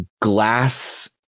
glass